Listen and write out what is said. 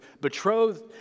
betrothed